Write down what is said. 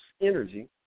energy